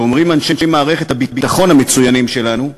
שאומרים אנשי מערכת הביטחון המצוינים שלנו,